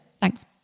thanks